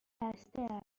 بسته